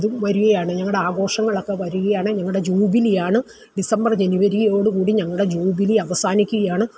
ഇതും വരുകയാണ് ഞങ്ങളുടെ ആഘോഷങ്ങളൊക്കെ വരുകയാണ് ഞങ്ങളുടെ ജൂബിലിയാണ് ഡിസംബർ ജനുവരിയോടുകൂടി ഞങ്ങളുടെ ജൂബിലി അവസാനിക്കുകയാണ്